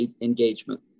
engagement